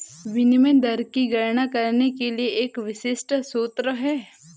विनिमय दर की गणना करने के लिए एक विशिष्ट सूत्र है